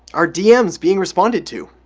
are dm is being responded to?